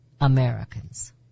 Americans